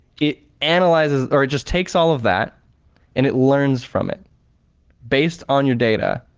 it analyzes or it just takes all of that and it learns from it based on your data.